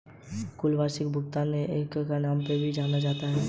कुल वार्षिक भुगतान को डिविडेन्ड यील्ड के नाम से भी जाना जाता है